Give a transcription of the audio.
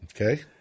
Okay